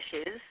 issues